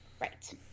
Right